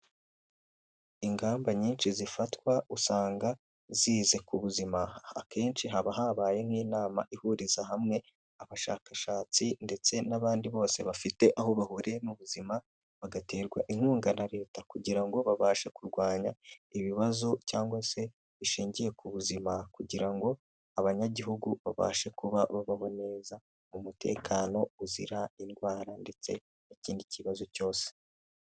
Ingamba nyinshi zifatwa usanga zize ku buzima, akenshi haba habaye nk'inama ihuriza hamwe abashakashatsi ndetse n'abandi bose bafite aho bahuriye n'ubuzima, bagaterwa inkunga na leta kugira ngo babashe kurwanya ibibazo cyangwa se bishingiye ku buzima kugira ngo abanyagihugu babashe kuba babaho neza mu mutekano uzira indwara ndetse n'ikindi kibazo cyose.